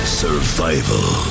survival